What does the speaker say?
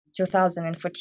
2014